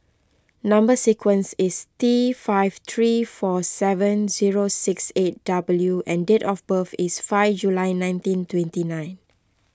Number Sequence is T five three four seven zero six eight W and date of birth is five July nineteen twenty nine